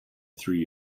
three